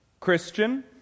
Christian